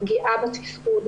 לפגיעה בתפקוד,